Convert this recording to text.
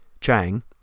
Chang